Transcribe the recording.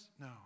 No